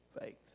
faith